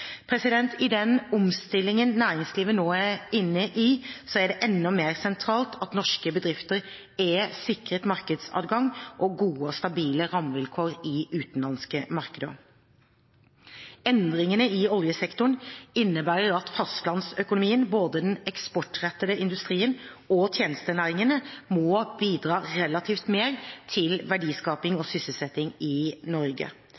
I den omstillingen næringslivet nå er inne i, er det enda mer sentralt at norske bedrifter er sikret markedsadgang og gode og stabile rammevilkår i utenlandske markeder. Endringene i oljesektoren innebærer at fastlandsøkonomien, både den eksportrettede industrien og tjenestenæringene, må bidra relativt mer til verdiskaping og sysselsetting i Norge.